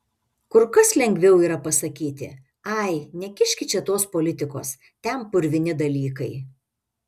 kur kas lengviau yra pasakyti ai nekiškit čia tos politikos ten purvini dalykai